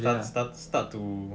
start start start to